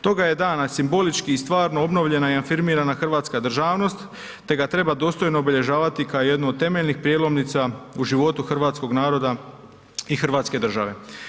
Toga je dana simbolički i stvarno obnovljena i afirmirana hrvatska državnost te ga treba dostojno obilježavati kao jednu od temeljnih prelomnica u životu hrvatskog naroda i hrvatske države.